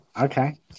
Okay